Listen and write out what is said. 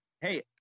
Hey